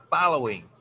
following